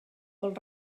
pel